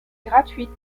gratuite